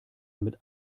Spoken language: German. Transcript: damit